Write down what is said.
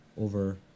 over